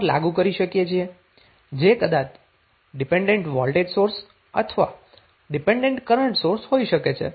જે કદાચ dependent voltage source અથવા તો ડીપેન્ડન્ટ કરન્ટ સોર્સ હોઈ શકે છે